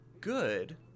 good